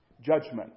judgment